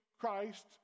Christ